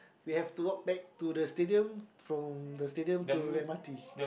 we have to walk back to the stadium from the stadium to the m_r_t